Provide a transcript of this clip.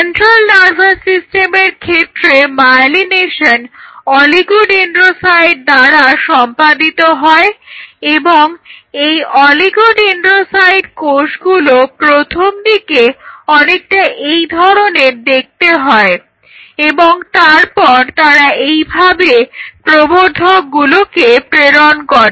central nervous সিস্টেমের ক্ষেত্রে myelination অলিগোডেন্ড্রোসাইটগুলো দ্বারা সম্পাদিত হয় এবং এই অলিগোডেন্ড্রোসাইট কোষগুলো প্রথম দিকে অনেকটা এই ধরনের দেখতে হয় এবং তারপর তারা এই ভাবে প্রবর্ধকগুলোকে প্রেরণ করে